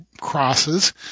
crosses